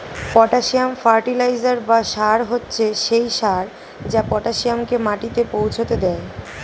potassium fertiliser বা সার হচ্ছে সেই সার যা পটাসিয়ামকে মাটিতে পৌঁছাতে দেয়